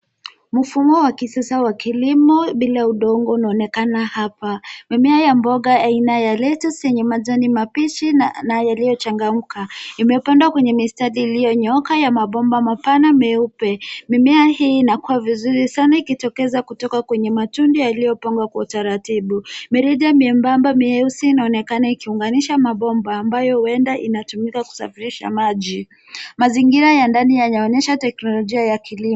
Mfumo wa kisasa wa kilimo bila udongo unaonekana hapa. Mimea ya mboga aina ya lettuce yenye majani mabichi na yaliyochangamka imepandwa kwa mistari iliyonyooka ya mabomba mapana meupe. Mimea hii inakua vizuri sana ikitokeza kutoka kwenye matundu yaliyopangwa kwa utaratibu. Mirija myembamba myeusi inaonekana ikiunganisha mabomba ambayo huenda inatumika kusafirisha maji. Mazingira ya ndani yanaonyesha teknolojia ya kilimo.